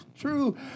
true